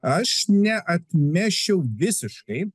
aš neatmesčiau visiškai